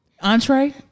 Entree